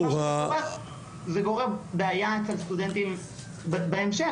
גורר בעיה אצל סטודנטים בהמשך,